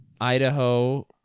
idaho